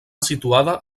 situada